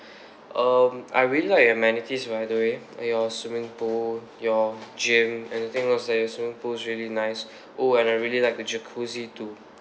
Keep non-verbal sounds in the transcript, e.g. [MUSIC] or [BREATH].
[BREATH] um I really like your amenities by the way your swimming pool your gym and the thing was that your swimming pool was really nice oh and I really like the jacuzzi too